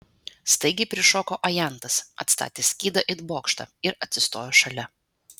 staigiai prišoko ajantas atstatęs skydą it bokštą ir atsistojo šalia